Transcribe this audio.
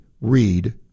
read